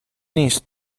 نیست